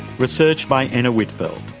research by anna whitfeld.